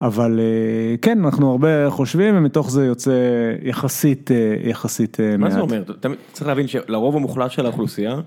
אבל כן, אנחנו הרבה חושבים, ומתוך זה יוצא יחסית, יחסית מעט. מה זאת אומרת? אתה צריך להבין שלרוב המוחלט של האכולוסייה...